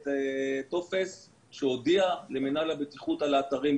טופס שהוא הודיע למינהל הבטיחות על האתרים,